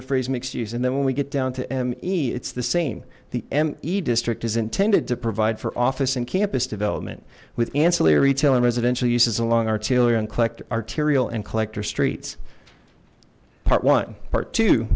the phrase mixed use and then when we get down to m e it's the same the emme district is intended to provide for office and campus development with ancillary retail and residential uses along our taylor and collect arterial and collector streets part one part t